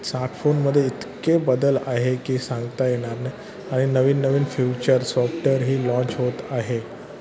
स्माटफोनमध्ये इतके बदल आहे की सांगता येणार नाही आणि नवीन नवीन फ्युचर सॉफ्टेरही लाँच होत आहे